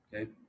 Okay